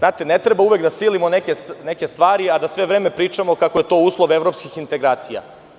Ne treba uvek da silimo neke stvari, a da sve vreme pričamo kako je to uslov evropskih integracija.